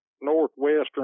northwestern